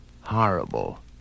horrible